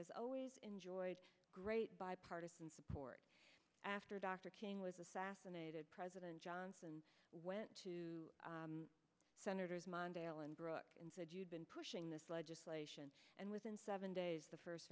has enjoyed great bipartisan support after dr king was assassinated president johnson went to senators mondale and brooke and said you've been pushing this legislation and within seven days the first